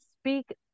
speak